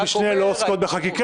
ועדות משנה לא עוסקות בחקיקה,